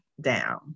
down